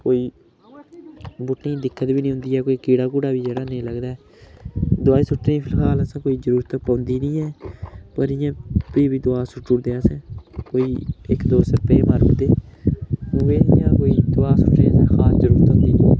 कोई बूह्टें ई दिक्कत बी निं होंदी ऐ कोई कीड़ा कूड़ा बी जेह्ड़ा नेईं लगदा ऐ दवाई सुट्टनें ई फिलहाल असें कोई जरूरत पौंदी निं ऐ पर इ'यां भी बी दवा सुट्टू उड़दे अस कोई इक दो स्प्रे मारू दे ओह् इ'यां कोई दवा सुट्टने ई कोई खास जरूरत होंदी निं ऐ